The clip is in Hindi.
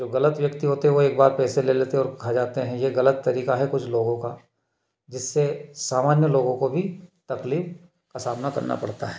जो गलत व्यक्ति होते हैं एक बार पैसे ले लेते और खा जाते हैं ये गलत तरीका है कुछ लोगों का जिससे सामान्य लोगों को भी तकलीफ का सामना करना पड़ता है